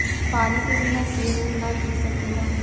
पानी के बिना केहू ना जी सकेला